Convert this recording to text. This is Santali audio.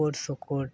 ᱚᱠᱳᱲᱼᱥᱠᱳᱲ ᱞᱟᱦᱟ ᱠᱟᱛᱮᱫ